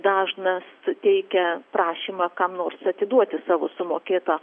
dažnas teikia prašymą kam nors atiduoti savo sumokėtą